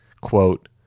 quote